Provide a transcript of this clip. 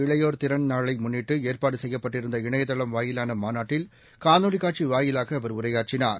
இளையோர் திறன் நாளைமுன்னிட்டுஏற்பாடுசெய்யப்பட்டிருந்த சுர்வதேச இணையதளம் வாயிலானமாநாட்டில் காணொலிகாட்சிவாயிலாகஅவர் உரையாற்றினார்